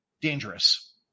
dangerous